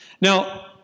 Now